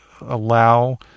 allow